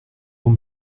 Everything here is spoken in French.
vous